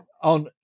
on